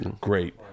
Great